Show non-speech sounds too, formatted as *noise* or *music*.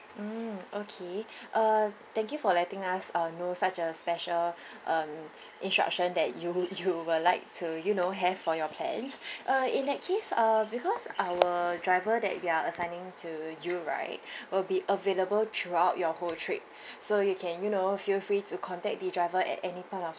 mm okay *breath* uh thank you for letting us uh know such a special *breath* um instruction that you *laughs* you would you will like to you know have for your plans *breath* uh in that case uh because our driver that we are assigning to you right *breath* will be available throughout your whole trip *breath* so you can you know feel free to contact the driver at any point of